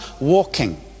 walking